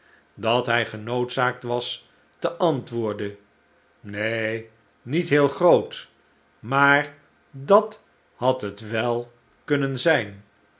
dat hij genoodzaakt was te antwoorden neen niet heel groot maar dat had het wel kunnen zijn